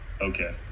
okay